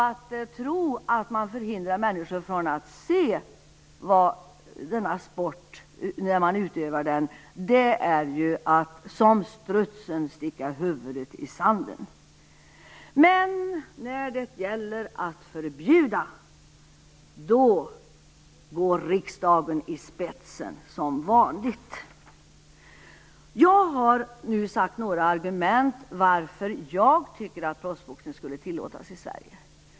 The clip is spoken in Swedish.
Att tro att det går att förhindra människor från att se på när denna sport utövas är att som strutsen sticka huvudet i sanden. Men när det gäller att förbjuda går riksdagen i spetsen som vanligt. Jag har nu framfört några argument till varför jag tycker att proffsboxning skulle tillåtas i Sverige.